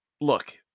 look